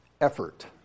effort